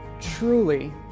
Truly